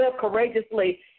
courageously